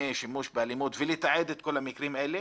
שימוש באלימות ולתעד את כל המקרים האלה,